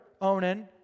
Onan